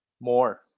More